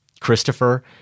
Christopher